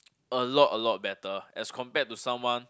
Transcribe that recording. a lot a lot better as compared to someone